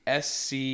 sc